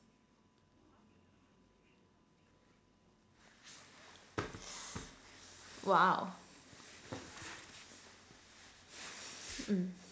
!wow! mm